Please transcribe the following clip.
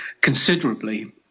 considerably